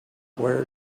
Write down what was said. where